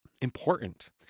important